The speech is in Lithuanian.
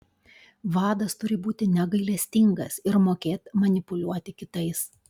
vadas turi būti negailestingas ir mokėt manipuliuoti kitais